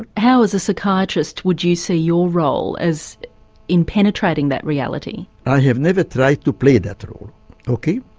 how as a psychiatrist would you see your role, as in penetrating that reality? i have never tried to play that role, okay?